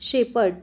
shepherd